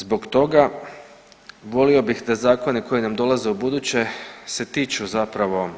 Zbog toga, volio bih da zakoni koji nam dolaze ubuduće se tiču zapravo